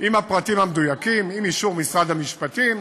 עם הפרטים המדויקים, עם אישור משרד המשפטים